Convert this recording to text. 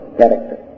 character